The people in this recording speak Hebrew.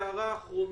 הערה אחרונה,